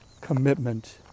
commitment